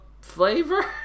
flavor